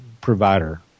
provider